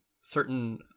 certain